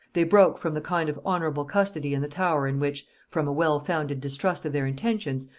they broke from the kind of honorable custody in the tower in which, from a well-founded distrust of their intentions,